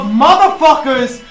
motherfuckers